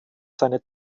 seine